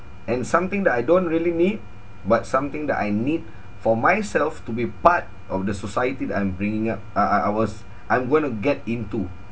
and something that I don't really need but something that I need for myself to be part of the society that I'm bringing up uh uh I was I'm going to get into